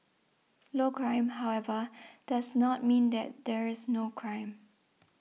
low crime however does not mean that there is no crime